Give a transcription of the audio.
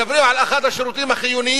מדברים על אחד השירותים החיוניים,